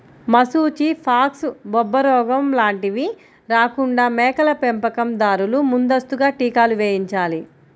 మశూచి, ఫాక్స్, బొబ్బరోగం లాంటివి రాకుండా మేకల పెంపకం దారులు ముందస్తుగా టీకాలు వేయించాలి